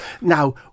now